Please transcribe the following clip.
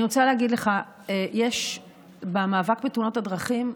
אני רוצה להגיד לך שבמאבק בתאונות הדרכים,